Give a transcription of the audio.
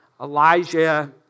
Elijah